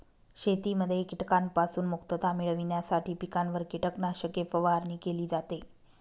शेतीमध्ये कीटकांपासून मुक्तता मिळविण्यासाठी पिकांवर कीटकनाशके फवारणी केली जाते